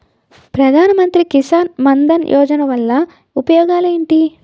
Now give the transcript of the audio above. ప్రధాన మంత్రి కిసాన్ మన్ ధన్ యోజన వల్ల ఉపయోగాలు ఏంటి?